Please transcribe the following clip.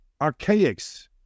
Archaics